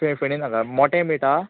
फे फणे नाका मोटे मीट आसा